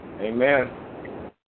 Amen